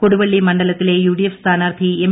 കൊടുവള്ളി മണ്ഡലത്തിലെ യുഡിഎഫ് സ്ഥാനാർഥി എം